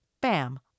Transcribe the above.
bam